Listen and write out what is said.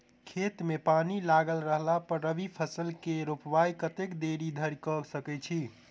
खेत मे पानि लागल रहला पर रबी फसल केँ रोपाइ कतेक देरी धरि कऽ सकै छी?